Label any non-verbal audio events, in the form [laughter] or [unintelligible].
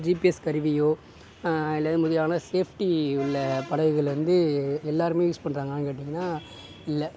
GPS கருவியோ இல்லை [unintelligible] safety உள்ள படகுகள் வந்து எல்லாருமே யூஸ் பண்ணுறாங்களானு கேட்டிங்கன்னா இல்லை